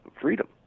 freedom